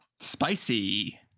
Spicy